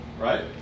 Right